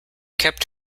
kept